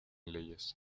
leyes